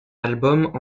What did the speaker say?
album